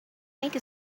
make